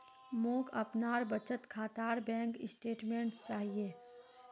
मोक अपनार बचत खातार बैंक स्टेटमेंट्स चाहिए